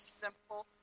simple